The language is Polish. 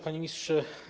Panie Ministrze!